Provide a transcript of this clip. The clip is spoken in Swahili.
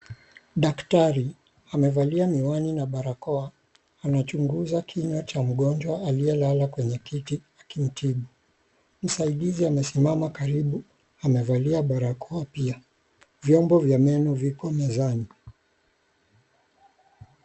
Daktari, amevalia miwani na barakoa, anachunguza kinywa cha mgonjwa aliye lala kwenye kiti akimtibu. Msaidizi amesimama karibu, amevalia barakoa pia. Vyombo vya meno viko mezani.